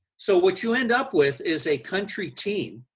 so, what you end up with is a country team,